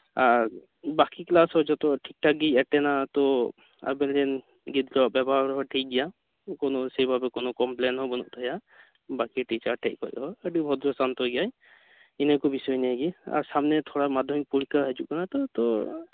ᱟᱨ ᱵᱟᱠᱤ ᱠᱞᱟᱥ ᱦᱚᱸ ᱡᱚᱛᱚ ᱴᱷᱤᱠ ᱴᱷᱟᱠ ᱜᱮᱭ ᱮᱴᱮᱱᱟ ᱛᱚ ᱟᱵᱮᱱ ᱨᱮᱱ ᱜᱤᱫᱽᱨᱟᱹᱣᱟᱜ ᱵᱮᱵᱚᱦᱟᱨ ᱦᱚᱸ ᱴᱷᱤᱠ ᱜᱮᱭᱟ ᱠᱳᱱᱳ ᱥᱮᱵᱷᱟᱵᱮ ᱠᱳᱱᱳ ᱠᱚᱢᱯᱞᱮᱱ ᱦᱚᱸ ᱵᱟᱹᱱᱩᱜ ᱛᱟᱭᱟ ᱵᱟᱠᱤ ᱴᱤᱪᱟᱨ ᱴᱷᱮᱡ ᱠᱷᱚᱱ ᱦᱚᱸ ᱟᱰᱤ ᱵᱷᱚᱫᱽᱨᱚ ᱥᱟᱱᱛᱚ ᱜᱮᱭᱟᱭ ᱤᱱᱟᱹ ᱠᱚ ᱵᱤᱥᱚᱭ ᱱᱤᱭᱟᱹᱜᱮ ᱟᱨ ᱥᱟᱢᱱᱮ ᱛᱷᱚᱲᱟ ᱢᱟᱫᱽᱫᱷᱚᱢᱤᱠ ᱯᱚᱨᱤᱠᱠᱷᱟ ᱦᱤᱡᱩᱜ ᱠᱟᱱᱟ ᱛᱚ ᱛᱚ